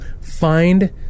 find